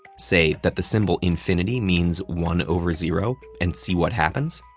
say, that the symbol infinity means one over zero, and see what happens?